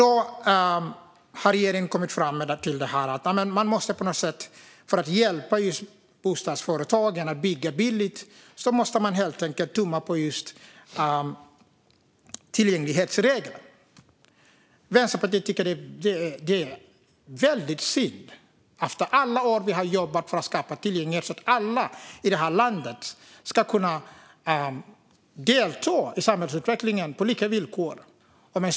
Då har regeringen kommit fram till att man helt enkelt måste tumma på tillgänglighetsreglerna för att hjälpa bostadsföretagen att bygga billigt. Efter alla år som vi har jobbat för att skapa tillgänglighet så att alla i det här landet ska kunna delta i samhällsutvecklingen på lika villkor tycker Vänsterpartiet att det är väldigt synd.